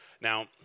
Now